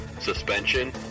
suspension